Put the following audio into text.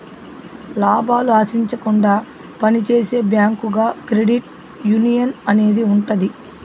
లాభాలు ఆశించకుండా పని చేసే బ్యాంకుగా క్రెడిట్ యునియన్ అనేది ఉంటది